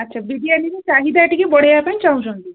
ଆଚ୍ଛା ବିରିୟାନୀର ଚାହିଦା ଟିକିଏ ବଢ଼େଇବା ପାଇଁ ଚାହୁଁଛନ୍ତି